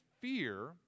fear